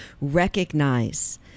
recognize